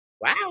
Wow